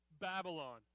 Babylon